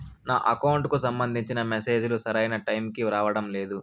నా అకౌంట్ కు సంబంధించిన మెసేజ్ లు సరైన టైము కి రావడం లేదు